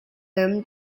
them